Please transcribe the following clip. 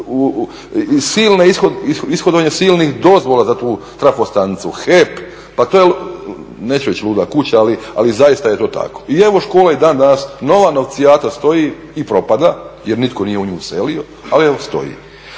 ishodovanje silnih dozvola za tu trafostanicu, HEP. Pa to je neću reći luda kuća ali zaista je to tako. I evo škola i dan danas nova novcijata stoji jer propada jer nitko u nju nije uselio ali evo stoji.